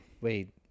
Wait